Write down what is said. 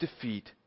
defeat